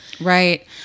Right